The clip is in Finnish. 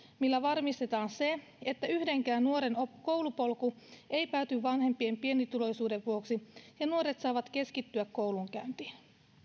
millä varmistetaan se että yhdenkään nuoren koulupolku ei pääty vanhempien pienituloisuuden vuoksi ja nuoret saavat keskittyä koulunkäyntiin